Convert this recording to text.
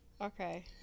Okay